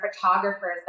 photographers